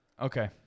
okay